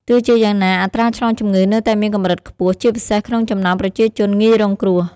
ទោះជាយ៉ាងណា អត្រាឆ្លងជំងឺនៅតែមានកម្រិតខ្ពស់ ជាពិសេសក្នុងចំណោមប្រជាជនងាយរងគ្រោះ។